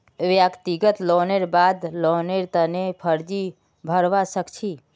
व्यक्तिगत लोनेर बाद लोनेर तने अर्जी भरवा सख छि